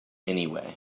anyway